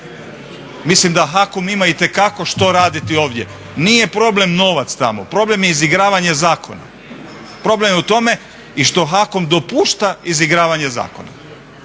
Mislim da HAKOM ima itekako što raditi ovdje. Nije problem novac tamo, problem je izigravanje zakona, problem je u tome i što HAKOM dopušta izigravanje zakona.